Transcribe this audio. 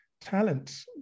talents